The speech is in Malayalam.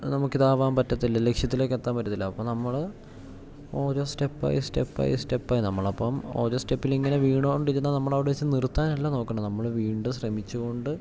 നമുക്ക് ഇതാവാൻ പറ്റത്തില്ല ലക്ഷ്യത്തിലേക്ക് എത്താൻ പറ്റത്തില്ല അപ്പം നമ്മൾ ഓരോ step by step by step ആയി നമ്മൾ അപ്പം ഓരോ സ്റ്റെപ്പിൽ ഇങ്ങനെ വീണു കൊണ്ടിരുന്ന നമ്മൾ അവിടെ വച്ചു നിർത്താനല്ല നോക്കേണ്ടത് നമ്മൾ വീണ്ടും ശ്രമിച്ചു കൊണ്ട്